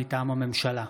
מטעם הממשלה: